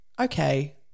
Okay